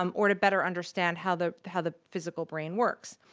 um or to better understand how the how the physical brain works.